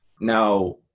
Now